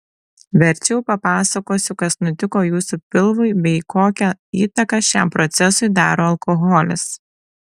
verčiau papasakosiu kas nutiko jūsų pilvui bei kokią įtaką šiam procesui daro alkoholis